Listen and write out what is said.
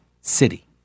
City